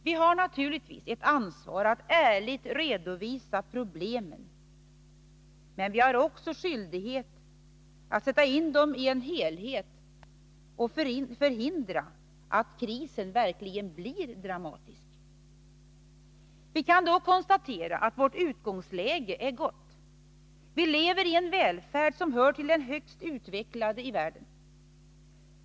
Vi har naturligtvis ett ansvar att ärligt redovisa problemen, men vi har även skyldighet att sätta in dem i en helhet och förhindra att krisen verkligen blir dramatisk. Vi kan då konstatera att vårt utgångsläge är gott. Vi lever i en välfärd som hör till den högst utvecklade i världen.